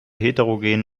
heterogen